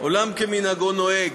עולם כמנהגו נוהג.